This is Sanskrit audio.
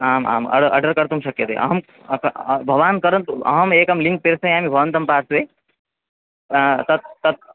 आम् आम् आर् अर्डर् कर्तुं शक्यते अहं त भवान् करन्तु अहम् एकं लिङ्क् प्रेषयामि भवन्तं पार्श्वे तत् तत्